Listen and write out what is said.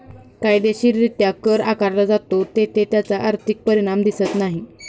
कायदेशीररित्या कर आकारला जातो तिथे त्याचा आर्थिक परिणाम दिसत नाही